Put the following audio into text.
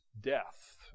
death